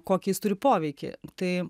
kokį jis turi poveikį tai